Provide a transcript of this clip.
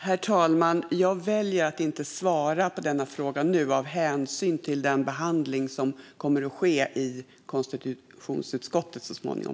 Herr talman! Jag väljer att inte svara på denna fråga nu, av hänsyn till den behandling som kommer att ske i konstitutionsutskottet så småningom.